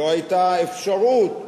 לא היתה אפשרות.